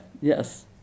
yes